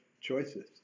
choices